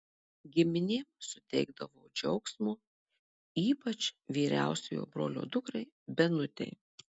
giminėm suteikdavau džiaugsmo ypač vyriausiojo brolio dukrai benutei